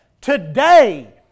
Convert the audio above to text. today